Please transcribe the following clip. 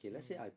mm